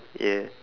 yeah